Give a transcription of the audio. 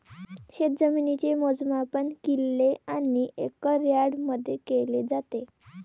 शेतजमिनीचे मोजमाप किल्ले आणि एकर यार्डमध्ये केले जाते